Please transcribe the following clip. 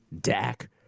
Dak